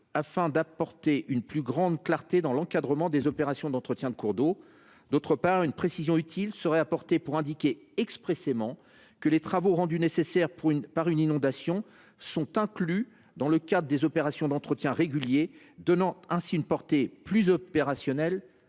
afin d’apporter une plus grande clarté dans l’encadrement des opérations d’entretien des cours d’eau. D’autre part, cet amendement tend à apporter une précision utile et à indiquer expressément que les travaux rendus nécessaires par une inondation sont inclus dans le cadre des opérations d’entretien régulier, ce qui donnera une portée plus opérationnelle